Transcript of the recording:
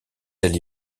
ailes